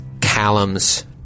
Callum's